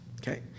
Okay